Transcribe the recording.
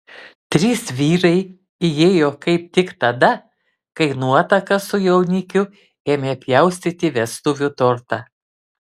trys vyrai įėjo kaip tik tada kai nuotaka su jaunikiu ėmė pjaustyti vestuvių tortą